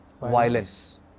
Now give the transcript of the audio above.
violence